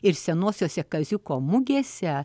ir senosiuose kaziuko mugėse